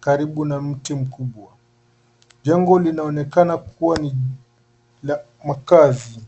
karibu na mti mkubwa. Jengo linaonekana kuwa ni la makazi.